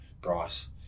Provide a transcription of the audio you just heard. Bryce